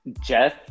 Jeff